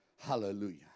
Hallelujah